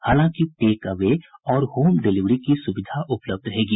हालांकि take away और home delivery की सुविधा उपलब्ध रहेगी